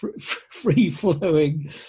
free-flowing